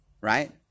right